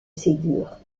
ségur